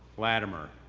latimer,